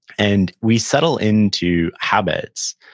and, we settle into habits,